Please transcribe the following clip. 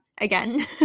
Again